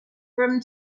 room